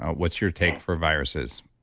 what's your take for viruses?